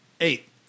Eight